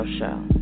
Show